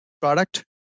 product